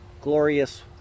Glorious